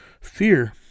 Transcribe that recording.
Fear